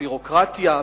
הביורוקרטיה,